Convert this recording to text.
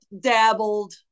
dabbled